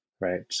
right